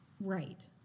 Right